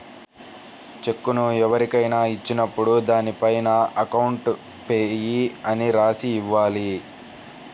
చెక్కును ఎవరికైనా ఇచ్చినప్పుడు దానిపైన అకౌంట్ పేయీ అని రాసి ఇవ్వాలి